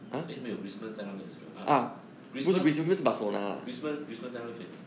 eh 没有 griezmann 在那个 israel ah griezmann griezmann griezmann 在那边 fa~